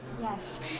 Yes